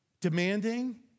demanding